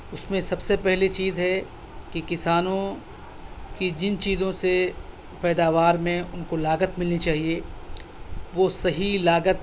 اس میں سب سے پہلی چیز ہے کہ کسانوں کی جن چیزوں سے پیداوار میں ان کو لاگت ملنی چاہیے وہ صحیح لاگت